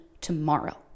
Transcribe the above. tomorrow